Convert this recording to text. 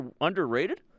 underrated